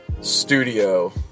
studio